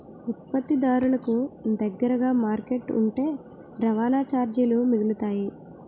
ఉత్పత్తిదారులకు దగ్గరగా మార్కెట్ ఉంటే రవాణా చార్జీలు మిగులుతాయి